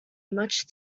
much